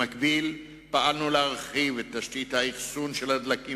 במקביל פעלנו להרחיב את תשתית האחסון של הדלקים